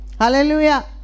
Hallelujah